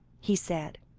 he said,